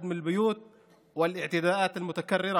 בזיזת אדמותינו והשמדת היבול שלנו מצמצמות את האפשרויות